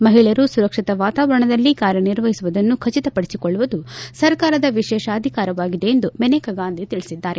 ಮಹಿಳೆಯರು ಸುರಕ್ಷಿತ ವಾತಾವರಣದಲ್ಲಿ ಕಾರ್ಯನಿರ್ವಹಿಸುವುದನ್ನು ಖಚಿತಪಡಿಸಿಕೊಳ್ಳುವುದು ಸರ್ಕಾರದ ವಿಶೇಷಾಧಿಕಾರವಾಗಿದೆ ಎಂದು ಮೇನಕಾ ಗಾಂಧಿ ತಿಳಿಸಿದ್ದಾರೆ